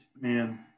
Man